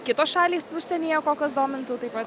kitos šalys užsienyje kokios domintų taip pat